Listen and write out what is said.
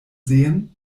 sehen